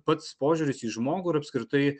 pats požiūris į žmogų ir apskritai